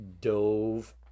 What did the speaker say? dove